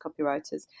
copywriters